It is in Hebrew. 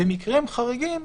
במקרים חריגים,